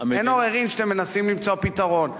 אין עוררין שאתם מנסים למצוא פתרון.